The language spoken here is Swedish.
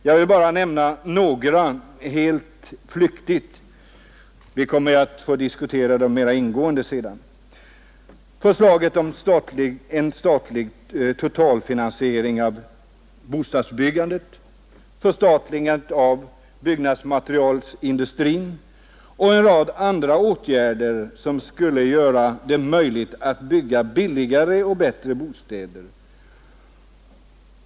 Jag vill bara här helt flyktigt nämna några av kraven. Vi kommer att få diskutera dem mera ingående senare. Vi har föreslagit en statlig totalfinansiering av bostadsbyggandet, förstatligande av byggnadsmaterialindustrin och en rad andra åtgärder som skulle göra det möjligt att bygga billigare och bättre bostäder.